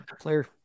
Player